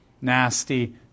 Nasty